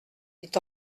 dit